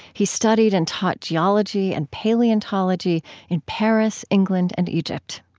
he studied and taught geology and paleontology in paris, england, and egypt.